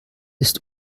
ist